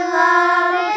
love